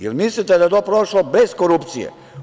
Jel mislite da je to prošlo bez korupcije?